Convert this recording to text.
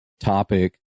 topic